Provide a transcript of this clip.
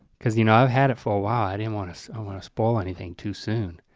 because you know, i've had it for a while. i didn't wanna so wanna spoil anything too soon.